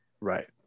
Right